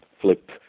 flip